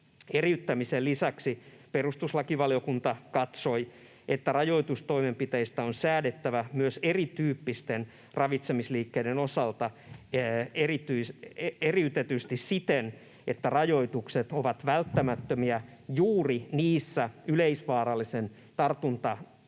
eriyttämisen lisäksi perustuslakivaliokunta katsoi, että rajoitustoimenpiteistä on säädettävä myös erityyppisten ravitsemisliikkeiden osalta eriytetysti siten, että rajoitukset ovat välttämättömiä juuri niissä yleisvaarallisen tartuntataudin